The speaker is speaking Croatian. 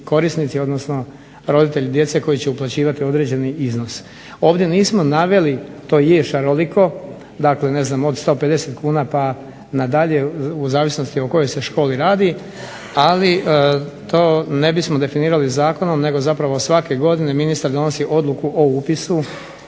odnosno roditelji djece koji će uplaćivati određeni iznos. Ovdje nismo naveli, to je šaroliko, dakle ne znam od 150 kuna pa nadalje u zavisnosti o kojoj se školi radi, ali to ne bismo definirali zakonom nego zapravo svake godine ministar donosi odluku o upisu